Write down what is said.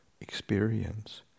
experience